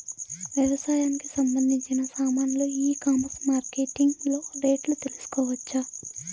వ్యవసాయానికి సంబంధించిన సామాన్లు ఈ కామర్స్ మార్కెటింగ్ లో రేట్లు తెలుసుకోవచ్చా?